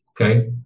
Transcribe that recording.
Okay